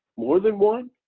more than one?